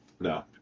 No